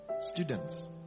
Students